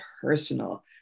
personal